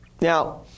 Now